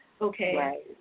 okay